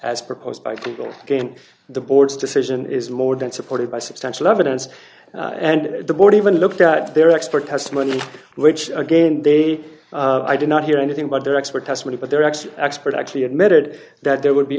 as proposed by people again the board's decision is more than supported by substantial evidence and the board even looked at their expert testimony which again they did not hear anything about their expert testimony but there actually expert actually admitted that there would be